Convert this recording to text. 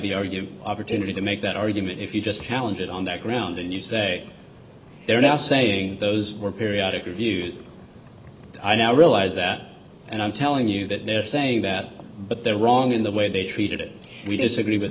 you opportunity to make that argument if you just challenge it on that ground and you say they're now saying those were periodic reviews i now realize that and i'm telling you that they're saying that but there were wrong in the way they treated it we disagree with